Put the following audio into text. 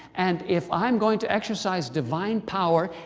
and if i'm going to exercise divine power,